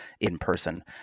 in-person